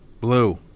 Blue